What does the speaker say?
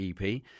EP